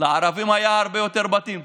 לערבים היו הרבה יותר בתים.